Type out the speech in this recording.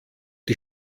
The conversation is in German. die